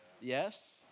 Yes